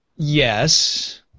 Yes